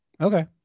Okay